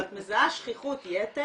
אבל את מזהה שכיחות יתר